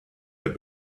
had